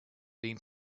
been